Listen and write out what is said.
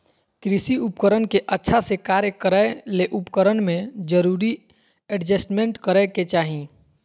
कृषि उपकरण के अच्छा से कार्य करै ले उपकरण में जरूरी एडजस्टमेंट करै के चाही